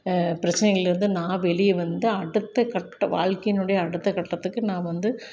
பிரச்சனைள்கலேருந்து நான் வெளியே வந்து அடுத்தக் கட்ட வாழ்க்கையினுடைய அடுத்தக் கட்டத்துக்கு நான் வந்து